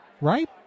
Right